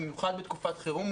במיוחד בתקופת חירום.